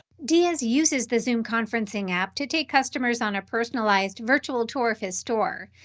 diaz uses the zoom conferencing app to take customers on a personalized virtual tour of his store.